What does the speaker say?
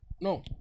No